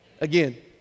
Again